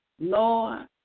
Lord